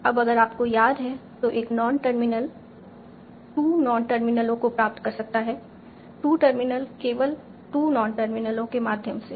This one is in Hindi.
अब अगर आपको याद है तो एक नॉन टर्मिनल 2 नॉन टर्मिनलों को प्राप्त कर सकता है 2 टर्मिनल केवल 2 नॉन टर्मिनलों के माध्यम से